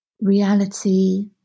reality